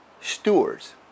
stewards